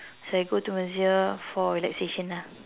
so I go masseuse for relaxation ah